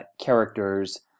characters